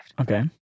Okay